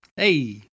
Hey